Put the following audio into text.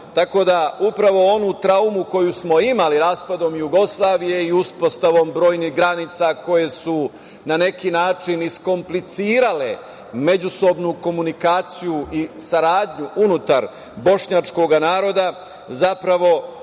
Tako da upravo ovu traumu koju smo imali, raspadom Jugoslavije i uspostavom brojnih granica koje su na neki način iskomplicirale međusobnu komunikaciju i saradnju unutar bošnjačkog naroda, zapravo